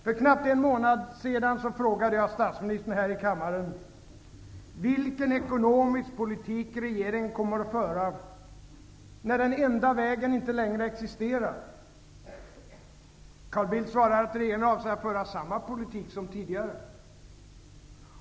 För knappt en månad sedan frågade jag statsministern här i kammaren vilken ekonomisk politik regeringen kommer att föra, när den ''enda vägen'' inte längre existerar. Carl Bildt svarade att regeringen avser att föra samma politik som tidigare.